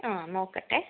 ആ നോക്കട്ടെ